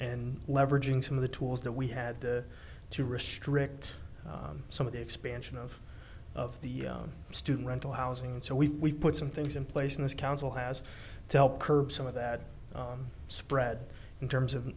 and leveraging some of the tools that we had to restrict some of the expansion of of the student rental housing and so we put some things in place and this council has to help curb some of that spread in terms of